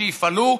שיפעלו,